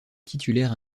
titulaire